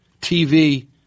TV